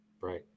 Right